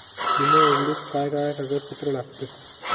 विमो उघडूक काय काय कागदपत्र लागतत?